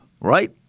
right